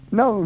no